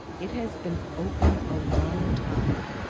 it has been open a long time!